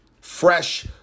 fresh